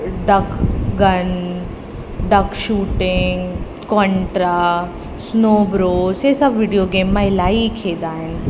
duck gun duck shooting Contra Snow Bros हीअ सभु video game मां इलाही खेॾी आहियां